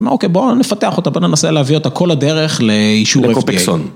אמרו, אוקיי, בואו נפתח אותה, בואו ננסה להביא אותה כל הדרך לאישור FDA.